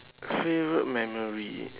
favourite memory